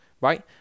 right